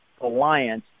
alliance